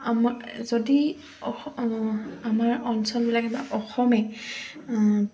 আমাৰ যদি অস আমাৰ অঞ্চলবিলাকে বা অসমে